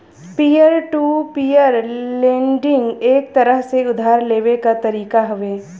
peer to peer lending एक तरह से उधार लेवे क तरीका हउवे